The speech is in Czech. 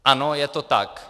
Ano, je to tak.